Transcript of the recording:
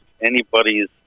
anybody's